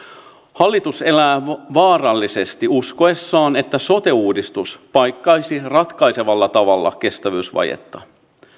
hallitus elää vaarallisesti uskoessaan että sote uudistus paikkaisi ratkaisevalla tavalla kestävyysvajetta